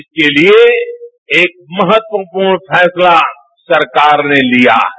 इसके लिए एक महत्वपूर्ण फैसला सरकार ने लिया है